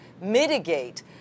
mitigate